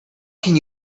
can